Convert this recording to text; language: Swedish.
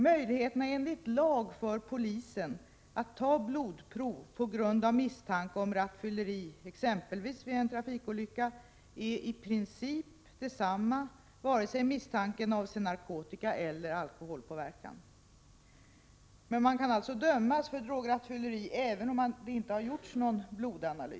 Möjligheterna enligt lag för polisen att ta blodprov på grund av misstanke om rattfylleri exempelvis vid en trafikolycka är i princip desamma vare sig misstanken avser narkotikaeller alkoholpåverkan. Men man kan alltså dömas för drograttfylleri även om det inte har gjorts någon blodanalys, under Prot.